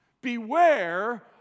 Beware